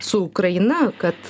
su ukraina kad